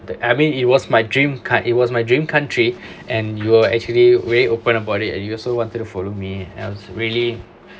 the I mean it was my dream coun~ it was my dream country and you're actually very open about it and you also wanted to follow me I was really